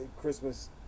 Christmas